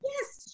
Yes